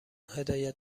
هدایت